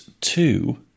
two